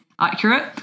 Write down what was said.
accurate